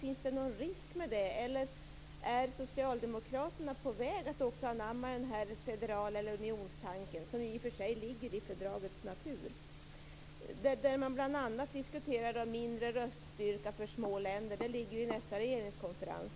Finns det någon risk med det eller är socialdemokraterna på väg att också anamma den federala unionstanken, som i och för sig ligger i fördragets natur? Man diskuterar bl.a. mindre röststyrka för små länder. Det kommer vid nästa regeringskonferens.